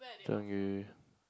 Zheng-Yu